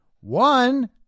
One